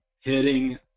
hitting